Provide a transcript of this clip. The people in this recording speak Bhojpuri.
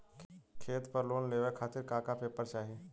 खेत पर लोन लेवल खातिर का का पेपर चाही?